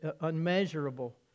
unmeasurable